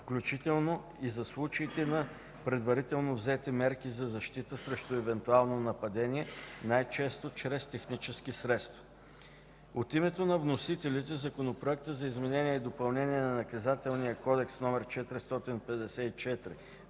включително и за случаите на предварително взети мерки за защита срещу евентуално нападение, най-често чрез технически средства. От името на вносителите, Законопроектът за изменение и допълнение на Наказателния кодекс, №